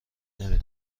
نمی